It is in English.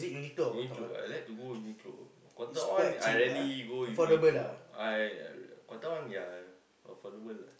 you need to I like to go Uniqlo Cotton-on I rarely go Uniqlo I Cotton-on yea affordable lah